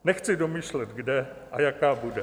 Nechci domýšlet, kde a jaká bude.